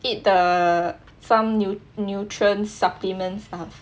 eat the some nu~ nutrient supplements ah